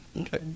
Okay